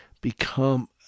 become